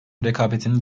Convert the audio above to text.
rekabetin